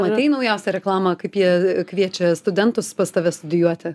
matei naujausią reklamą kaip jie kviečia studentus pas tave studijuoti